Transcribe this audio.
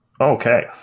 Okay